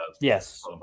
yes